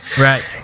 Right